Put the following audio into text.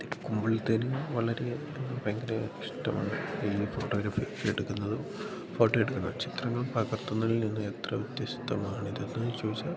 ഇതെടുക്കുമ്പോഴത്തേനും വളരെ ഭയങ്കര ഇഷ്ടമാണ് ഈ ഫോട്ടോഗ്രഫി എടുക്കുന്നതും ഫോട്ടോ എടുക്കുന്ന ചിത്രങ്ങൾ പകർത്തുന്നതിൽ നിന്നും എത്ര വ്യത്യസ്തമാണിതെന്ന് ചോദിച്ചാൽ